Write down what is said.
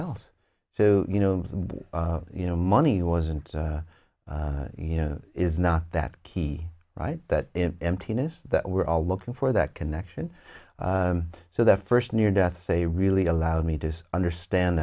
else so you know and you know money wasn't you know is not that key right that emptiness that we're all looking for that connection so that first near death say really allowed me to understand